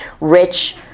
Rich